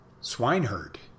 Swineherd